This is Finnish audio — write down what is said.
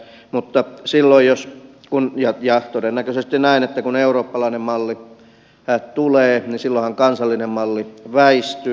mutta jos ja kun on todennäköisesti näin että eurooppalainen malli tulee niin silloinhan kansallinen malli väistyy